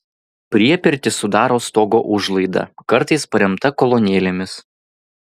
priepirtį sudarė stogo užlaida kartais paremta kolonėlėmis